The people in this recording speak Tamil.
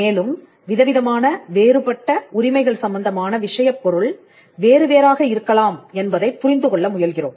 மேலும் விதவிதமான வேறுபட்ட உரிமைகள் சம்பந்தமான விஷயப் பொருள் வேறுவேறாக இருக்கலாம் என்பதைப் புரிந்துகொள்ள முயல்கிறோம்